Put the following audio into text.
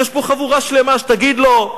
יש פה חבורה שלמה שתגיד לו,